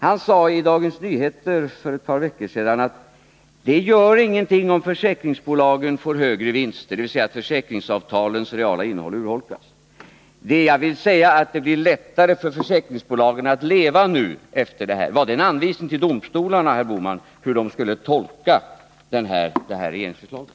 Han sade i Dagens Nyheter för ett par veckor sedan att det inte gör någonting om försäkringsbolagen får högre vinster — dvs. att försäkringsavtalens reala innehåll urholkas. Och han fortsatte: Jag vill säga att det blir lättare för försäkringsbolagen att leva efter den här förändringen. Var det en anvisning till domstolarna hur de skulle tolka det här regeringsförslaget?